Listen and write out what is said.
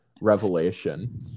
revelation